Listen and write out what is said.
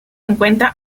encuentra